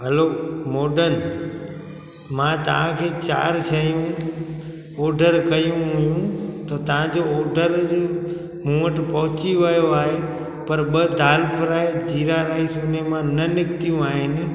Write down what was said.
हलो मोडन मां तव्हांखे चारि शयूं ऑडर कयूं हुइयूं त तव्हांजो ऑडर ज मूं वटि पोंहची वियो आहे पर ॿ दालि फ्राए जीरा राइज़ हिन मां निकतियूं आहिनि